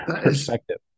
perspective